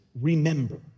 Remember